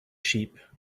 sheep